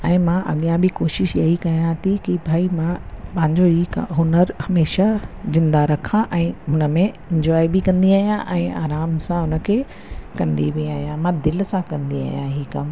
ऐं मां अॻियां बि कोशिशि इहा ई कयां थी की भई मां पंहिंजो हिकु हुनुर हमेशा ज़िंदा रखां ऐं हुन में इंजॉय बि कंदी आहियां ऐं आराम सां हुन खे कंदी बि आहियां मां दिलि सां कंदी आहियां हीउ कमु